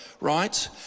right